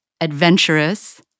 adventurous